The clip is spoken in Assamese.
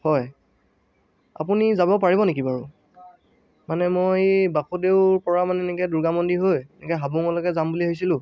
হয় আপুনি যাব পাৰিব নেকি বাৰু মানে মই বাসুদেওৰ পৰা মানে এনেকৈ দুৰ্গা মন্দিৰ হৈ এনেকৈ হাবুঙলৈকে যাম বুলি ভাবিছিলোঁ